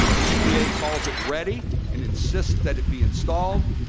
the epa calls it ready and insists that it be installed,